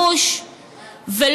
4 ביולי 2018,